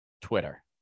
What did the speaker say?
Twitter